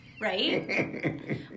right